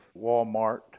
Walmart